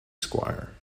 squire